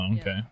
okay